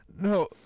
No